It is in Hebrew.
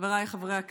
חבריי חברי הכנסת,